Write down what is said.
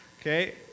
Okay